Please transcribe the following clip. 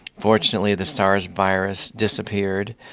fortunately, the sars virus disappeared.